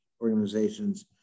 organizations